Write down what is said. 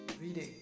reading